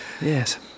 Yes